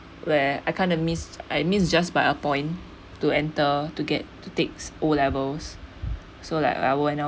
where I kinda missed I miss just by a point to enter to get to takes O levels so like I when